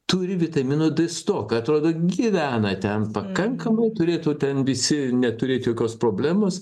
turi vitamino d stoka atrodo gyvena ten pakankamai turėtų ten visi neturėt jokios problemos